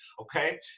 okay